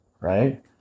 right